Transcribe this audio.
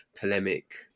polemic